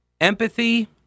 empathy